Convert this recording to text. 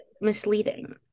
Misleading